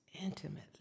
intimately